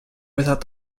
without